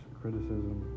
criticism